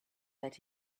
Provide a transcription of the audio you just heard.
that